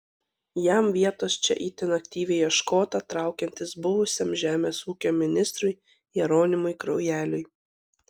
jam vietos čia itin aktyviai ieškota traukiantis buvusiam žemės ūkio ministrui jeronimui kraujeliui